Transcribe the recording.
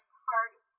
party